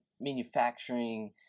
manufacturing